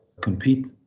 compete